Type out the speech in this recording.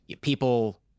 people